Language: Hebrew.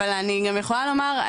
אבל אני גם יכולה לומר,